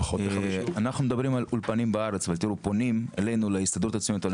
אנחנו מדברים על אולפנים בארץ ופונים אלינו להסתדרות הציונית,